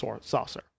saucer